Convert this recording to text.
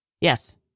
Yes